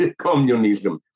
communism